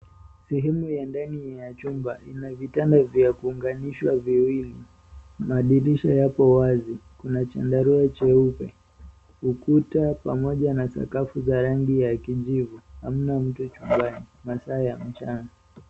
Sehemu ya ndani ya jumba, ina vitanda vya kuunganishwa viwili, madirisha yapo wazi. Kuna chandarua cheupe, ukuta pamoja na sakafu za rangi ya kijivu, hamna mtu chumbani. Masaa ya mchana.